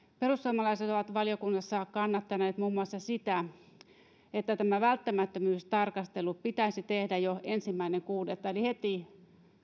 perussuomalaiset ovat valiokunnassa kannattaneet muun muassa siitä että tämä välttämättömyystarkastelu pitäisi tehdä jo ensimmäinen kuudetta eli heti